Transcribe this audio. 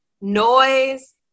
noise